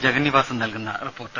ജഗന്നിവാസൻ നൽകുന്ന റിപ്പോർട്ട്